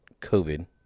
covid